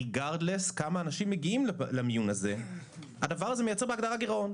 לא קשור לכמה אנשים מגיעים למיון הזה הדבר הזה מייצר בהגדרה גירעון.